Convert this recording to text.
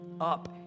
up